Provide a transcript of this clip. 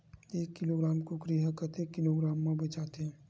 एक किलोग्राम कुकरी ह कतेक किलोग्राम म बेचाथे?